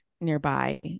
nearby